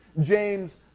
James